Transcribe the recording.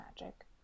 magic